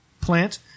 Plant